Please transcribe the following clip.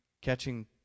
catching